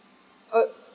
uh